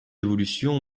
évolution